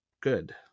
good